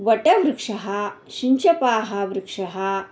वटवृक्षः शिञ्चपाः वृक्षः